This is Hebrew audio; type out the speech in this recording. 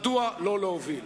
מדוע לא להוביל?